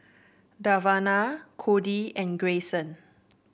Davina Codie and Greyson